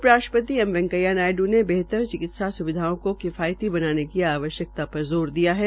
उप राष्ट्रपति एम वैंकेया नायड् ने बेहतर चिकित्सा स्विधाओं की किफायती बनाने की आवश्यक्ता पर जोर दिया है